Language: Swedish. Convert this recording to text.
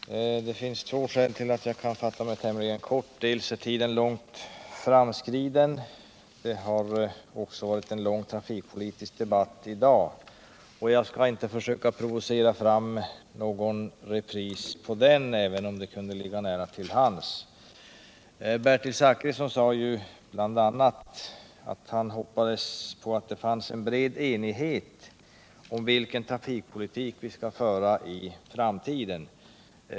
Herr talman! Det finns två skäl till att jag kan fatta mig tämligen kort. Dels är tiden långt framskriden, dels har det varit en lång trafikpolitisk debatt i dag. Och jag skall inte försöka provocera fram någon repris på den även om det kunde ligga nära till hands. Bertil Zachrisson sade bl.a. att han hoppades att det fanns en bred enighet om vilken trafikpolitik vi skall föra i framtiden.